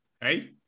Hey